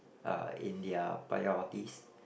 uh in their priorities